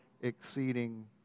exceeding